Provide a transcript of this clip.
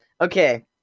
Okay